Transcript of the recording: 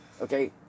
okay